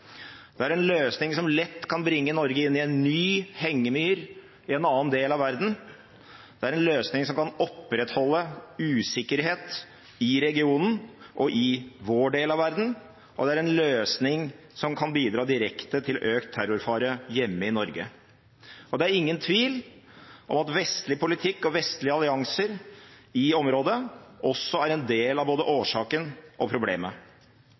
Det er en løsning som lett kan bringe Norge inn i en ny hengemyr i en annen del av verden, det er en løsning som kan opprettholde usikkerhet i regionen og i vår del av verden, og det er en løsning som kan bidra direkte til økt terrorfare hjemme i Norge. Det er ingen tvil om at vestlig politikk og vestlige allianser i området også er en del av både årsaken og problemet.